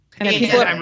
People